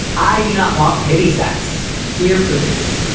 i do not want pity sex. dear prudence,